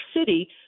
City